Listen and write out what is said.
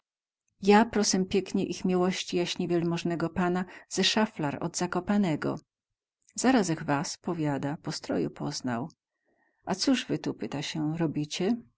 ja prosem pieknie ich miełości jaśnie wielemoznego pana ze saflar od zakopanego zaraz ech was powiada po stroju poznał a coz wy tu pyta sie robicie